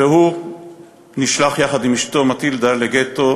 והוא נשלח יחד עם אשתו, מטילדה, לגטו